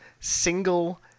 single